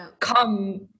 come